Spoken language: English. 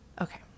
okay